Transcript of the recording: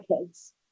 kids